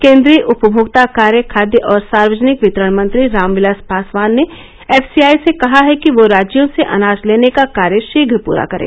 केन्द्रीय उपभोक्ता कार्य खाद्य और सार्वजनिक वितरण मंत्री राम विलास पासवान ने एफसीआई से कहा है कि वह राज्यों से अनाज लेने का कार्य शीघ्र पूरा करे